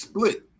Split